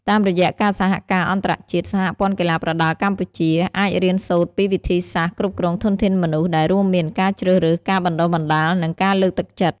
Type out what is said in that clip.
តាមរយៈការសហការអន្តរជាតិ សហព័ន្ធកីឡាប្រដាល់កម្ពុជា អាចរៀនសូត្រពីវិធីសាស្ត្រគ្រប់គ្រងធនធានមនុស្ស ដែលរួមមាន ការជ្រើសរើស ការបណ្តុះបណ្តាល និងការលើកទឹកចិត្ត។